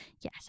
Yes